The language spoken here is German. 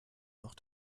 noch